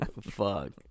fuck